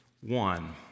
one